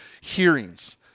hearings